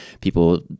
people